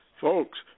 folks